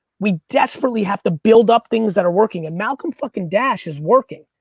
we desperately have to build up things that are working, and malcolm-fucking-dash is working.